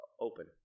open